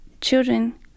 children